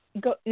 Go